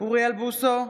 אוריאל בוסו,